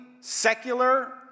secular